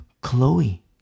Chloe